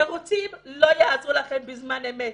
תירוצים לא יעזרו לכם בזמן אמת.